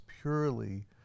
purely